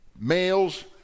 males